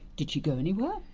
did she go anywhere?